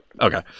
Okay